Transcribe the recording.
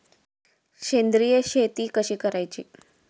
सेंद्रिय शेती कशी करायची?